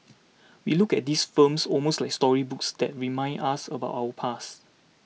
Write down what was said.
we look at these films almost like storybooks that remind us about our past